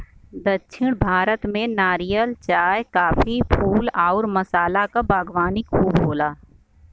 दक्षिण भारत में नारियल, चाय, काफी, फूल आउर मसाला क बागवानी खूब होला